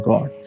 God